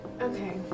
Okay